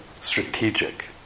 strategic